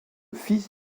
fils